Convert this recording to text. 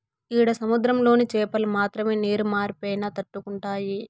ఈడ సముద్రంలోని చాపలు మాత్రమే నీరు మార్పైనా తట్టుకుంటాయి